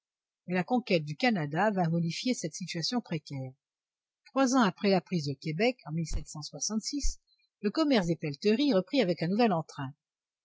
mais la conquête du canada vint modifier cette situation précaire trois ans après la prise de québec en le commerce des pelleteries reprit avec un nouvel entrain